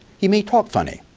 he may talk funny.